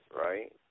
right